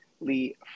Lee